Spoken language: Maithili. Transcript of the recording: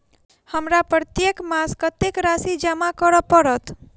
हमरा प्रत्येक मास कत्तेक राशि जमा करऽ पड़त?